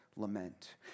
lament